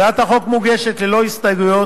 הצעת החוק מוגשת ללא הסתייגויות,